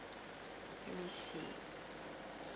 I see